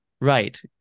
Right